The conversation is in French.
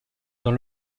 dans